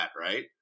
right